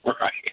Right